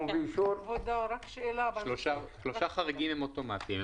שלושה חריגים הם אוטומטיים.